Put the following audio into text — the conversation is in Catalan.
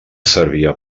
servia